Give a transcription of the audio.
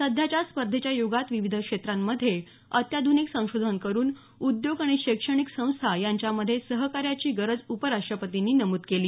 सध्याच्या स्पर्धेच्या युगात विविध क्षेत्रांमध्ये अत्याध्निक संशोधन करून उद्योग आणि शैक्षणिक संस्था यांच्यामध्ये सहकार्याची गरज उपराष्ट्रपतींनी नमूद केली